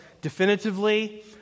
definitively